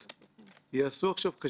הנה יש חברי כנסת שלא.